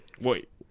Wait